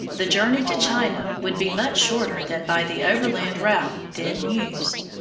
the journey to china would be much shorter than by the overland route then used.